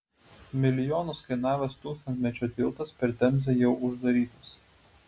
milijonus kainavęs tūkstantmečio tiltas per temzę jau uždarytas